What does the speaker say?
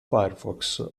firefox